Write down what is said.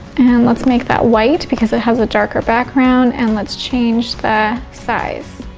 and let's make that white because it has a darker background. and let's change the size,